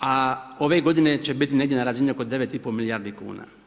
a ove godine će biti negdje na razini oko 9,5 milijardi kuna.